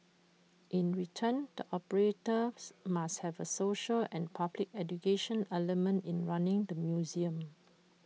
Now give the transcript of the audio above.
in return the operators must have A social and public education element in running the museum